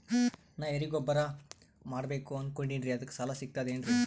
ನಾ ಎರಿಗೊಬ್ಬರ ಮಾಡಬೇಕು ಅನಕೊಂಡಿನ್ರಿ ಅದಕ ಸಾಲಾ ಸಿಗ್ತದೇನ್ರಿ?